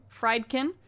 Friedkin